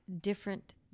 different